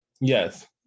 Yes